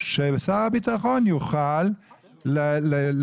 אז שר הביטחון יוכל להביא,